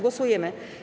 Głosujemy.